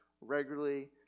regularly